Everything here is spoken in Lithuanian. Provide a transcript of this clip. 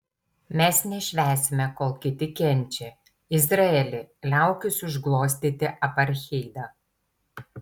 mes nešvęsime kol kiti kenčia izraeli liaukis užglostyti apartheidą